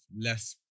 less